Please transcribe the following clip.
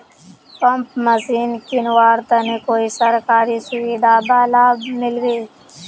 Pump machine किनवार तने कोई सरकारी सुविधा बा लव मिल्बी?